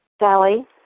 Sally